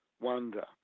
Wonder